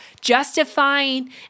justifying